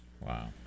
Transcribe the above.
Wow